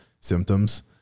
symptoms